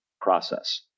process